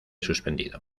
suspendido